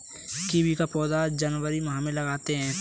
kiwi का पौधा जनवरी माह में लगाते हैं